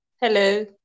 Hello